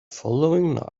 following